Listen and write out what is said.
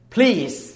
Please